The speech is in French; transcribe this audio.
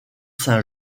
saint